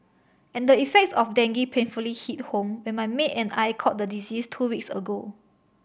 and the effects of dengue painfully hit home when my maid and I caught the disease two weeks ago